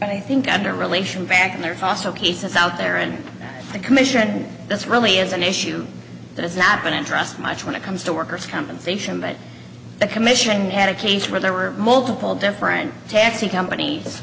i think under relation back there are also cases out there and the commission that's really is an issue that has not been addressed much when it comes to workers compensation but the commission had a case where there were multiple different taxi companies